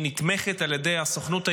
שנתמכת על ידי הסוכנות היהודית,